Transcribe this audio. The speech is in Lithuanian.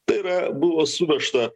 tai yra buvo suvežta